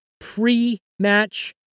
pre-match